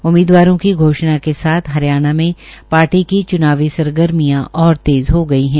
उम्मीदवारों की घोषणा के साथ हरियाणा में पार्टी के चूनाव सरगर्मियां ओर तेज़ हो गई है